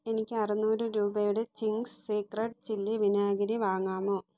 എനിക്ക് അറുനൂറ് രൂപയുടെ ചിംഗ്സ് സീക്രെട്ട് ചില്ലി വിനാഗിരി വാങ്ങാമോ